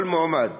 כל מועמד